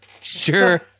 Sure